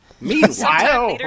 Meanwhile